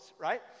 right